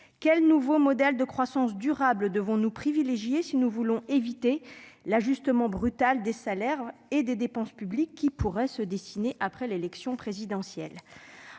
Quel nouveau modèle de croissance durable devons-nous privilégier si nous voulons éviter tout ajustement brutal des salaires et des dépenses publiques qui pourrait se dessiner après l'élection présidentielle ?